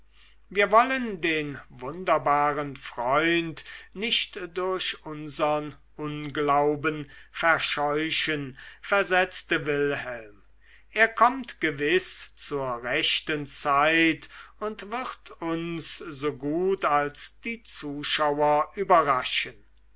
wir wollen den wunderbaren freund nicht durch unsern unglauben verscheuchen versetzte wilhelm er kommt gewiß zur rechten zeit und wird uns so gut als die zuschauer überraschen